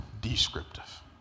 descriptive